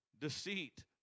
Deceit